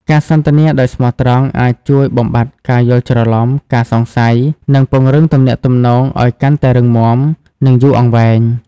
ការសន្ទនាដោយស្មោះត្រង់អាចជួយបំបាត់ការយល់ច្រឡំ ការសង្ស័យ និងពង្រឹងទំនាក់ទំនងឱ្យកាន់តែរឹងមាំ និងយូរអង្វែង។